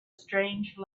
strange